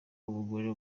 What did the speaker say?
umugore